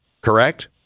correct